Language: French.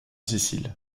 sicile